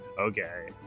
okay